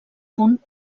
punt